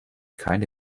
keine